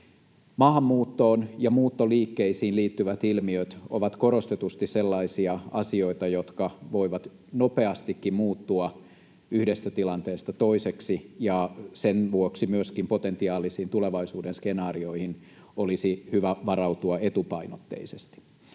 Maahanmuuttoon ja muuttoliikkeisiin liittyvät ilmiöt ovat korostetusti sellaisia asioita, jotka voivat nopeastikin muuttua yhdestä tilanteesta toiseksi, ja sen vuoksi myöskin potentiaalisiin tulevaisuuden skenaarioihin olisi hyvä varautua etupainotteisesti.